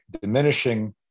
diminishing